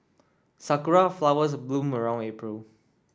sakura flowers bloom around April